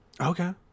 Okay